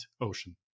ocean